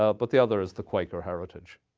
ah but the other is the quaker heritage.